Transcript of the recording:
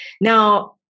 Now